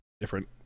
different